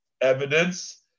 evidence